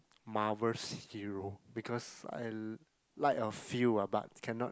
marvels hero because I like a few ah but cannot